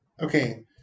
Okay